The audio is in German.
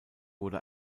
wurde